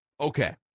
Okay